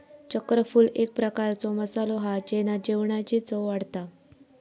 चक्रफूल एक प्रकारचो मसालो हा जेना जेवणाची चव वाढता